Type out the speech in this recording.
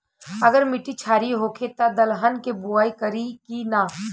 अगर मिट्टी क्षारीय होखे त दलहन के बुआई करी की न?